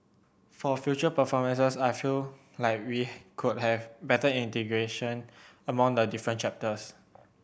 for future performances I feel like we could have better integration among the different chapters